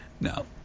No